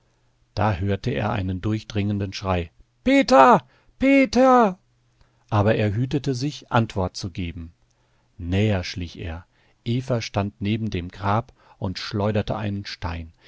da hörte er einen durchdringenden schrei peter peter aber er hütete sich antwort zu geben näher schlich er eva stand neben dem grab und schleuderte einen stein